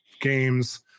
games